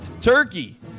turkey